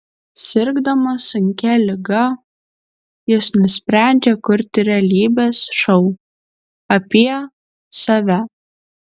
sirgdamas sunkia liga jis nusprendžia kurti realybės šou apie save